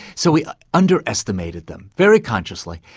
so he underestimated them, very consciously,